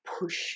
push